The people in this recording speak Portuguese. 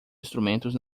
instrumentos